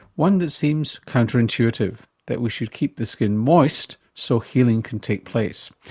one that seems counterintuitive that we should keep the skin moist so healing can take place.